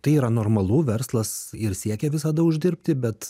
tai yra normalu verslas ir siekia visada uždirbti bet